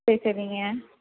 சரி சரிங்க